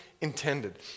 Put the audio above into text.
intended